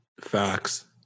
Facts